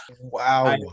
wow